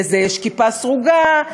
לזה יש כיפה סרוגה,